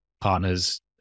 partners